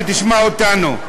תשמע אותנו?